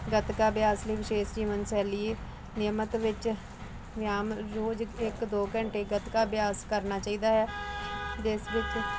ਗਤਕਾ ਅਭਿਆਸ ਲਈ ਵਿਸ਼ੇਸ਼ ਜੀਵਨ ਸ਼ੈਲੀ ਨਿਯਮਿਤ ਵਿੱਚ ਵਿਆਮ ਰੋਜ਼ ਇੱਕ ਦੋ ਘੰਟੇ ਗਤਕਾ ਅਭਿਆਸ ਕਰਨਾ ਚਾਹੀਦਾ ਹੈ ਜਿਸ ਵਿੱਚ